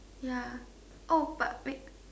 ya oh but wait